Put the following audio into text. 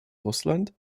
russland